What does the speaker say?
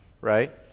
Right